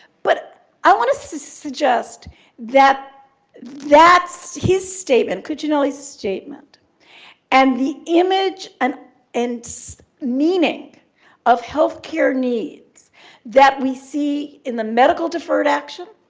but i want to suggest that his statement, cuccinelli's statement and the image um and meaning of health care needs that we see in the medical deferred action,